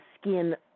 skin